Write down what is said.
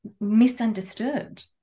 misunderstood